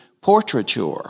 portraiture